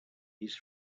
his